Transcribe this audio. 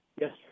Yes